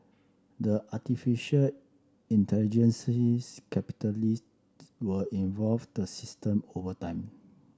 the artificial intelligence's capitalist will involve the system over time